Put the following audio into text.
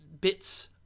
bits